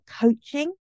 coaching